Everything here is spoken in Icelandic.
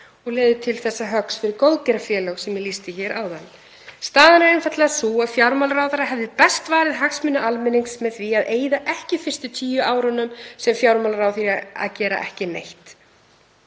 og leiðir til þessa höggs fyrir góðgerðarfélög sem ég lýsti hér áðan. Staðan er einfaldlega sú að fjármálaráðherra hefði best varið hagsmuni almennings með því að eyða ekki fyrstu tíu árunum sem fjármálaráðherra í að gera ekki neitt.